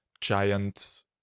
giant